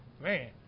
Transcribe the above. man